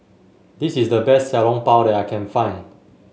this is the best Xiao Long Bao that I can find